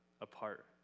apart